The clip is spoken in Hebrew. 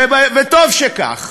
וטוב שכך.